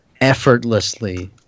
effortlessly